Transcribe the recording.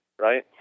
right